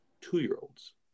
Two-year-olds